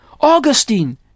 Augustine